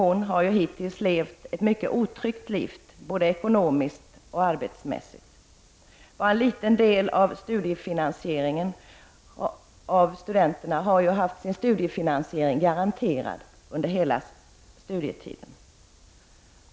Hittills har forskarstuderande levt ett mycket otryggt liv både ekonomiskt och arbetsmässigt. Bara en liten andel av de studerande har sin studiefinansiering garanterad under hela studietiden.